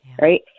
right